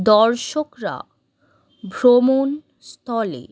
দর্শকরা ভ্রমণস্থলে